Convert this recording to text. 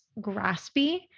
graspy